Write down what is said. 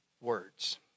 words